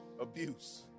abuse